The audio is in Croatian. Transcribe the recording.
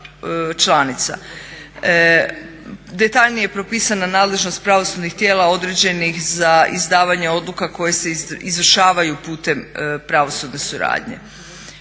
Detaljnije je propisana nadležnost pravosudnih tijela određenih za izdavanje odluka koje se izvršavaju putem pravosudne suradnje.